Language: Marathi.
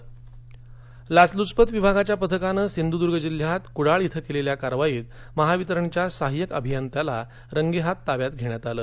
लाच लाचलूचपत विभागाच्या पथकाने सिंधुदूर्ग जिल्ह्यात कुडाळ इथं केलेल्या कारवाईत महावितरणच्या सहाय्यक अभियंत्याला रंगेहाथ ताब्यात घेतल